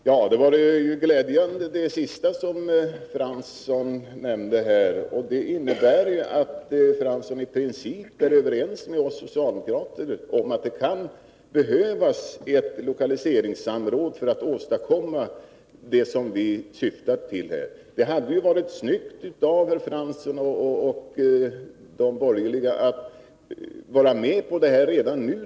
Herr talman! Det sista Arne Fransson sade var glädjande. Det innebär att Arne Fransson i princip är överens med oss socialdemokrater om att det kan behövas ett lokaliseringssamråd för att åstadkomma vad vi syftar till här. Det hade ju varit snyggt av Arne Fransson och de borgerliga att vara med på saken redan nu.